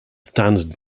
standard